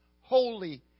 holy